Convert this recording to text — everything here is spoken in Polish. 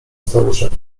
staruszek